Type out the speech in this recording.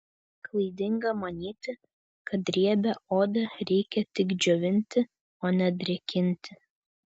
klaidinga manyti kad riebią odą reikia tik džiovinti o ne drėkinti